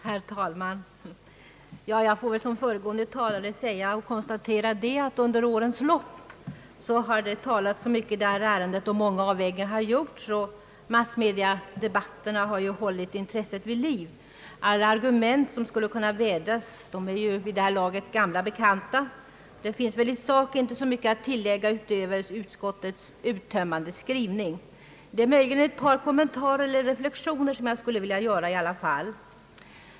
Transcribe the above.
Herr talman! Jag får väl i likhet med föregående talare konstatera, att mycket under årens lopp har talats i detta ärende, att många avvägningar har gjorts och att massmediadebatterna har hållit intresset vid liv. Alla argument som skulle kunna vädras är ju vid det här laget gamla bekanta, och det finns väl i sak inte så mycket att tillägga utöver utskottets uttömmande skrivning. Det är möjligen ett par kommentarer eller reflexioner som jag ändå skulle vilja göra.